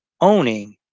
owning